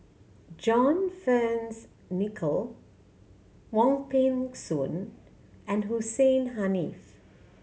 John Fearns Nicoll Wong Peng Soon and Hussein Haniff